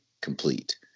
complete